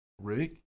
Rick